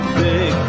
big